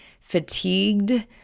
fatigued